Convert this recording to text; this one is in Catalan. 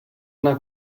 una